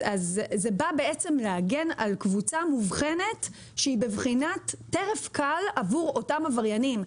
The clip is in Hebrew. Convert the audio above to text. זה בא להגן על קבוצה מובחנת שהיא בבחינת טרף קל עבור אותם עבריינים.